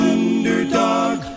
Underdog